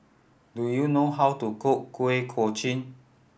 do you know how to cook Kuih Kochi